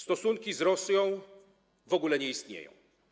Stosunki z Rosją w ogóle nie istnieją.